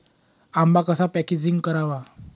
आंबा कसा पॅकेजिंग करावा?